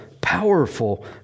powerful